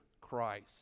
Christ